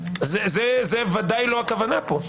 זאת ודאי לא הכוונה פה.